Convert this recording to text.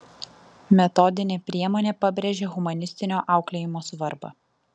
metodinė priemonė pabrėžia humanistinio auklėjimo svarbą